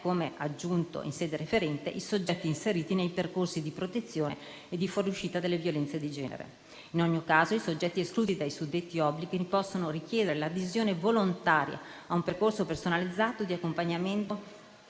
come aggiunto in sede referente, i soggetti inseriti nei percorsi di protezione e di fuoriuscita dalle violenze di genere. In ogni caso i soggetti esclusi dai suddetti obblighi possono richiedere l'adesione volontaria a un percorso personalizzato di accompagnamento